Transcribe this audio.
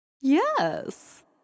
Yes